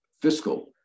fiscal